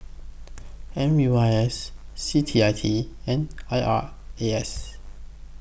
M U I S C T I T and I R A S